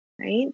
Right